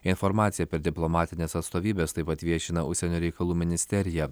informaciją per diplomatines atstovybes taip pat viešina užsienio reikalų ministerija